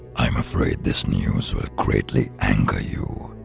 i'm afraid this news will greatly anger you.